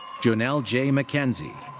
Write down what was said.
jonelle j. mckenzie.